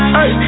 Hey